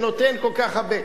שנותן כל כך הרבה.